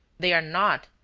they are not,